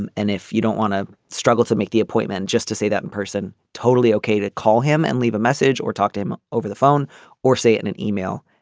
and and if you don't want to struggle to make the appointment just to say that in person. totally okay to call him and leave a message or talk to him over the phone or say it in an email.